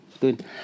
Good